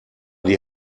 die